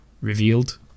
revealed